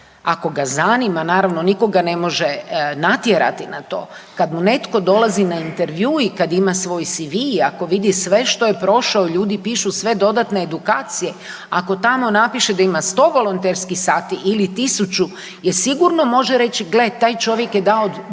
ako ga zanima naravno niko ga ne može natjerati na to, kad mu netko dolazi na intervju i kad ima svoj CV i ako vidi sve što je prošao, ljudi pišu sve dodatne edukacije ako tamo napiše da ima 100 volonterskih sati ili 1000 je sigurno može reći gle taj čovjek je dao svoj